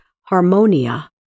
harmonia